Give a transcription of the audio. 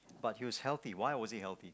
but he was healthy why was he healthy